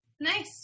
Nice